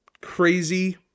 crazy